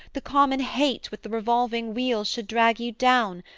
the common hate with the revolving wheel should drag you down,